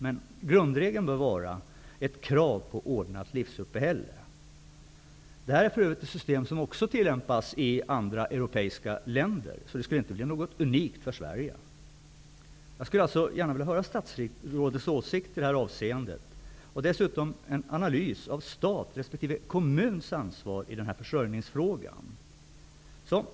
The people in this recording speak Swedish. Men grundregeln bör vara ett krav på ordnat livsuppehälle. Det är för övrigt ett system som tillämpas i ett antal europeiska länder, så det skulle inte bli något unikt för Sverige. Jag skulle gärna höra statsrådets åsikt i detta avseende och dessutom få en analys av stats resp. kommuns ansvar i denna försörjningsfråga.